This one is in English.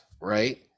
right